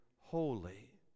holy